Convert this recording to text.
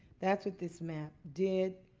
that's what this map did.